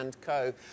Co